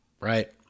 right